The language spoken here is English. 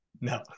no